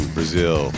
Brazil